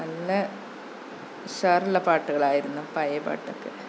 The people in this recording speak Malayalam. നല്ല ഉഷാറുള്ള പാട്ടുകളായിരുന്നു പഴയ പാട്ടൊക്കെ